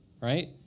right